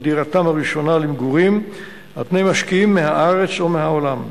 דירתם הראשונה למגורים על פני משקיעים מהארץ או מהעולם.